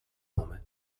nome